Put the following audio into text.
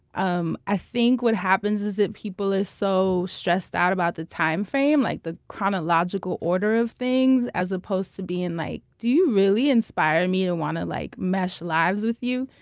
um i think what happens is that people are so stressed out about the timeframe, like the chronological order of things, as opposed to being like, do you really inspire me to want to like mesh lives with you?